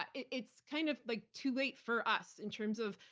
but it's kind of like too late for us in terms of,